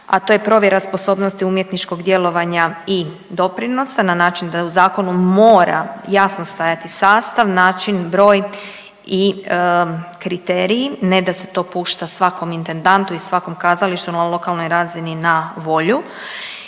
a to je provjera sposobnosti umjetničkog djelovanja i doprinosa na način da u zakonu mora jasno stajati sastav, način, broj i kriteriji, ne da se to pušta svakom intendantu i svakom kazalištu na lokalnoj razini na volju